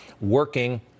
working